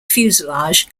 fuselage